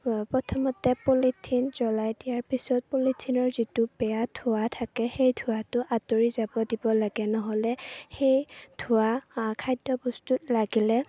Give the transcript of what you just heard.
প্ৰথমতে পলিথিন জ্বলাই দিয়াৰ পিছত পলিথিনৰ যিটো বেয়া ধোঁৱা থাকে সেই ধোঁৱাটো আঁতৰি যাব দিব লাগে নহ'লে সেই ধোঁৱা খাদ্যবস্তুত লাগিলে